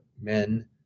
men